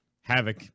havoc